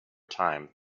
time